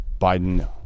biden